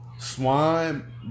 swine